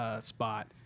spot